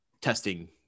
testing